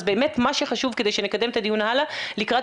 אז באמת מה שחשוב כדי שנקדם את הדיון הלאה לקראת